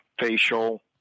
facial